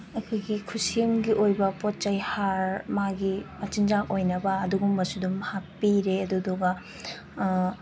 ꯑꯩꯈꯣꯏꯒꯤ ꯈꯨꯠꯁꯦꯝꯒꯤ ꯑꯣꯏꯕ ꯄꯣꯠ ꯆꯩ ꯍꯥꯔ ꯃꯥꯒꯤ ꯃꯆꯤꯟꯆꯥꯛ ꯑꯣꯏꯅꯕ ꯑꯗꯨꯒꯨꯝꯕꯁꯨ ꯑꯗꯨꯝ ꯍꯥꯞꯄꯤꯔꯦ ꯑꯗꯨꯗꯨꯒ